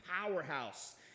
powerhouse